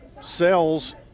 Sells